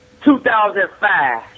2005